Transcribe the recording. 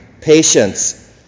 patience